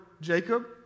Jacob